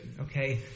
okay